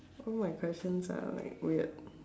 all my questions are like weird